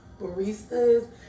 baristas